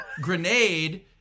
grenade